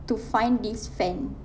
to find this fan